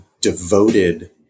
devoted